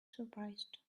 surprised